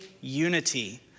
unity